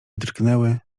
drgnęły